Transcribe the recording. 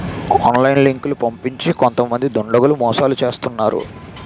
online లింకులు పంపించి కొంతమంది దుండగులు మోసాలు చేస్తున్నారు